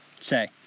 say